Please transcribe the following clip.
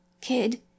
Kid